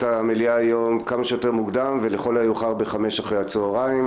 המליאה היום כמה שיותר מוקדם ולכל המאוחר ב- 17:00 אחר הצהריים.